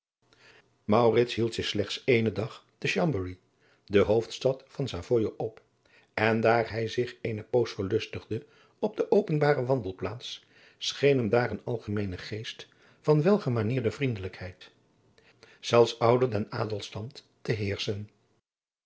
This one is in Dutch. hield zich slechts eenen dag te chamberry de hoofdstad van savoye op en daar hij zich eene poos verlustigde op de openbare wandelplaats scheen hem daar een algemeene geest van welgemanierde vriendelijkheid zelfs ouder den adelstand te heerschen